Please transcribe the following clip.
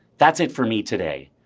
that's it for me today.